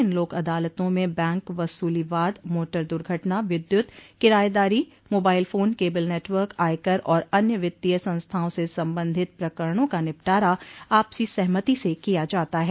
इन लोक अदालत में बैंक वसूली वाद मोटर दुर्घटना विद्युत किरायेदारी मोबाइल फोन केबिल नेटवर्क आयकर और अन्य वित्तीय संस्थाओं से संबंधित प्रकरणों का निपटारा आपसी सहमति से किया जाता है